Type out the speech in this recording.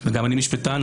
וגם אני משפטן,